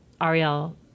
Ariel